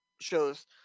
shows